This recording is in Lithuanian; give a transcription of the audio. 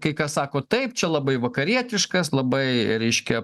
kai kas sako taip čia labai vakarietiškas labai reiškia